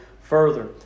further